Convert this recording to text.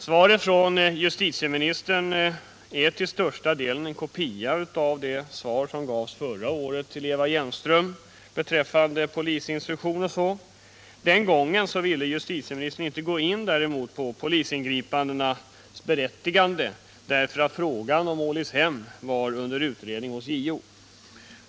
Svaret från justitieministern är till största delen en kopia av det svar som gavs förra året till Eva Hjelmström beträffande polisinstruktionen. Den gången ville justitieministern däremot inte gå in på polisingripandenas berättigande, eftersom frågan om Ålidshem var under utredning hos JO.